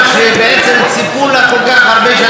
שבעצם ציפו לה כל כך הרבה שנים,